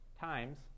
times